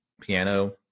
piano